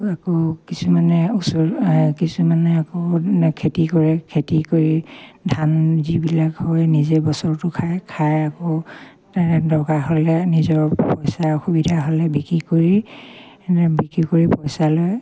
আকৌ কিছুমানে ওচৰ কিছুমানে আকৌ খেতি কৰে খেতি কৰি ধান যিবিলাক হয় নিজে বছৰটো খায় খাই আকৌ দৰকাৰ হ'লে নিজৰ পইচাৰ অসুবিধা হ'লে বিক্ৰী কৰি বিক্ৰী কৰি পইচা লয়